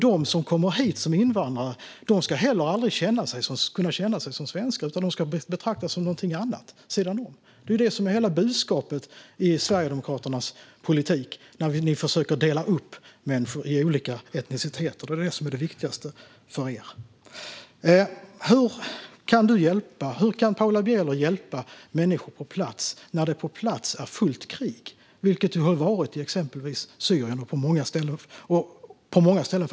De som kommer hit som invandrare ska heller aldrig kunna känna sig som svenskar, utan de ska betraktas som någonting annat vid sidan om. Det är ju det som är hela budskapet i Sverigedemokraternas politik. Ni försöker dela upp människor i olika etniciteter. Det är det som är det viktigaste för er. Hur kan Paula Bieler hjälpa människor på plats när det på plats är fullt krig, vilket det varit i exempelvis Syrien och fortfarande är på många ställen?